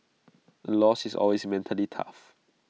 A loss is always mentally tough